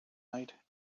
night